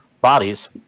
Bodies